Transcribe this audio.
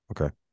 Okay